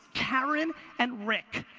karen and rick,